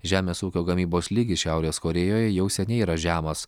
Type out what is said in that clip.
žemės ūkio gamybos lygis šiaurės korėjoje jau seniai yra žemas